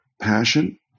passion